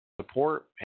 support